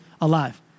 alive